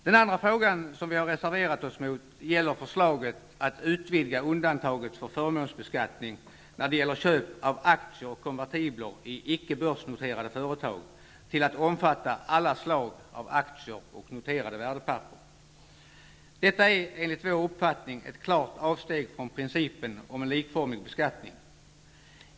Vi har även reserverat oss mot förslaget att utvidga undantaget från förmånsbeskattning när det gäller köp av aktier och konvertibler i icke börsnoterade företag till att omfatta alla slag av aktier och noterade värdepapper. Detta är enligt vår uppfattning ett klart avsteg från principen om en likformig beskattning.